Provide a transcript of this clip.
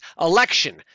election